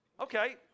Okay